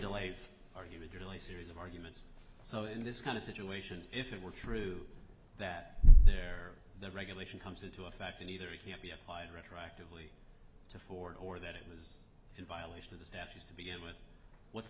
delays are you drill a series of arguments so in this kind of situation if it were true that there the regulation comes into effect and either it can't be applied retroactively to ford or that it was in violation of the statues to begin with what's